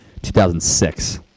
2006